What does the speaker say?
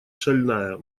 шальная